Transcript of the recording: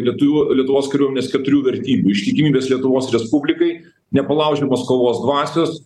lietuvių lietuvos kariuomenės keturių vertybių ištikimybės lietuvos respublikai nepalaužiamos kovos dvasios